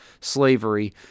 slavery